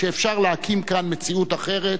שאפשר להקים כאן מציאות אחרת,